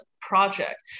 project